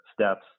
steps